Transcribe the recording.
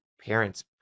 parents